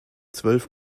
zwölf